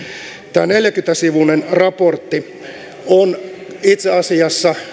tämä neljäkymmentä sivuinen raportti itse asiassa